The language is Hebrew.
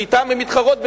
שאתן הם מתחרים,